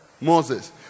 moses